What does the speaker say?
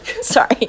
sorry